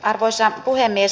arvoisa puhemies